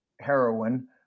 heroin